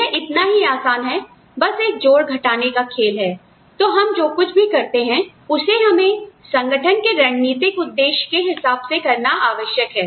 यह इतना ही आसान है बस एक जोड़ घटाने का खेल है तो हम जो कुछ भी करते हैं उसे हमें संगठन के रणनीतिक उद्देश्य के हिसाब से करना आवश्यक है